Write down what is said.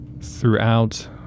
throughout